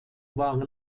waren